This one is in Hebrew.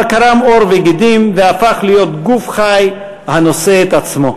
קרם עור וגידים והפך להיות גוף חי הנושא את עצמו.